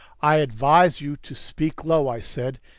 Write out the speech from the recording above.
i advise you to speak low, i said,